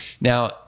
Now